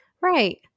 Right